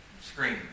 screen